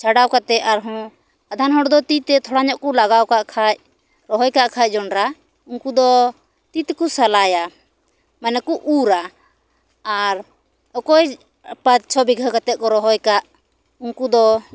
ᱪᱷᱟᱰᱟᱣ ᱠᱟᱛᱮᱫ ᱟᱨᱦᱚᱸ ᱟᱫᱷᱮᱱ ᱦᱚᱲ ᱫᱚ ᱛᱤ ᱛᱮ ᱛᱷᱚᱲᱟ ᱧᱚᱜ ᱠᱚ ᱞᱟᱜᱟᱣ ᱠᱟᱜ ᱠᱷᱟᱱ ᱨᱚᱦᱚᱭ ᱠᱟᱜ ᱠᱷᱟᱱ ᱡᱚᱸᱰᱨᱟ ᱩᱱᱠᱩ ᱫᱚ ᱛᱤ ᱛᱮᱠᱚ ᱥᱟᱞᱟᱭᱟ ᱢᱟᱱᱮ ᱠᱚ ᱩᱨᱟ ᱟᱨ ᱚᱠᱚᱭ ᱯᱟᱸᱪ ᱪᱷᱚ ᱵᱤᱜᱷᱟᱹ ᱠᱟᱛᱮᱫ ᱠᱚ ᱨᱚᱦᱚᱭ ᱠᱟᱜ ᱩᱱᱠᱩ ᱫᱚ